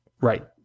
right